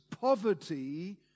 poverty